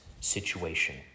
Situation